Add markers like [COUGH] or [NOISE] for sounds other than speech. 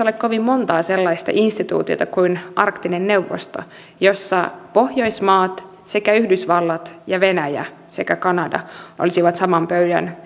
[UNINTELLIGIBLE] ole kovin monta sellaista instituutiota kuin arktinen neuvosto [UNINTELLIGIBLE] jossa pohjoismaat sekä yhdysvallat venäjä [UNINTELLIGIBLE] ja kanada [UNINTELLIGIBLE] ovat saman pöydän [UNINTELLIGIBLE]